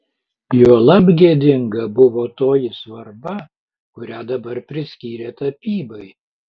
juolab gėdinga buvo toji svarba kurią dabar priskyrė tapybai